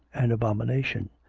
an abomination.